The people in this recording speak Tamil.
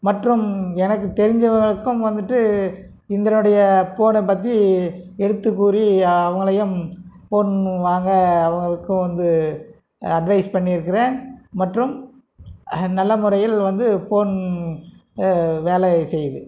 மற்றும் எனக்கு தெரிஞ்சவங்களுக்கும் வந்துட்டு இதனுடைய போனை பற்றி எடுத்துக்கூறி அவங்களையும் போன் வாங்க அவங்களுக்கும் வந்து அட்வைஸ் பண்ணியிருக்குறேன் மற்றும் நல்ல முறையில் வந்து போன் வேலை செய்யுது